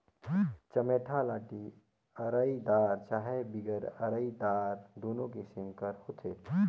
चमेटा लाठी अरईदार चहे बिगर अरईदार दुनो किसिम कर होथे